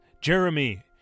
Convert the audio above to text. Jeremy